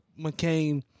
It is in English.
McCain